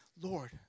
Lord